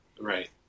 right